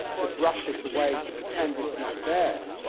to brush it away, to pretend it's not there.